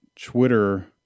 Twitter